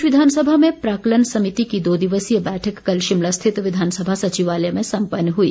प्रदेश विधानसभा में प्राक्कलन समिति की दो दिवसीय बैठक कल शिमला स्थित विधानसभा सचिवालय में संपन्न हुई